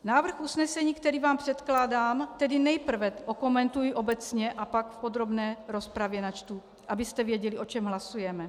Návrh usnesení, který vám předkládám, tedy nejprve okomentuji obecně a pak v podrobné rozpravě načtu, abyste věděli, o čem hlasujeme.